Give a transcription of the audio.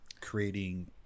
creating